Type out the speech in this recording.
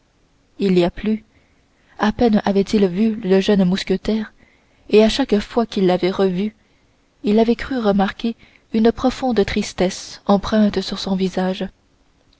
il y a plus à peine avait-il vu le jeune mousquetaire et à chaque fois qu'il l'avait revu il avait cru remarquer une profonde tristesse empreinte sur son visage